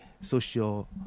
social